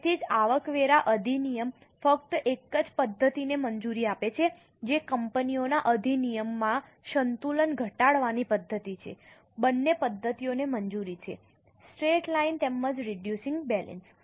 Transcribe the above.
તેથી જ આવકવેરા અધિનિયમ ફક્ત એક જ પદ્ધતિને મંજૂરી આપે છે જે કંપનીઓના અધિનિયમમાં સંતુલન ઘટાડવાની પદ્ધતિ છે બંને પદ્ધતિઓને મંજૂરી છે સ્ટ્રેટ લાઇન તેમજ રેડયુશીંગ બેલેન્સ